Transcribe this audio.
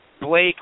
Blake